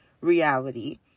reality